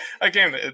again